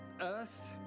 Earth